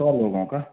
सौ लोगों का